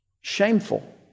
Shameful